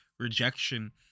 rejection